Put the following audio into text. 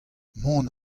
mont